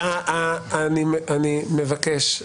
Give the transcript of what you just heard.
אני מבקש.